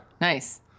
Nice